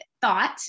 thought